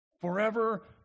Forever